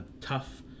tough